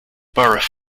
borough